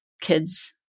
kids